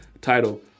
title